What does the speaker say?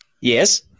Yes